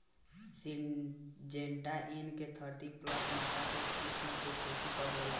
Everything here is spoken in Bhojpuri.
सिंजेंटा एन.के थर्टी प्लस मक्का के किस्म के खेती कब होला?